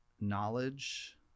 knowledge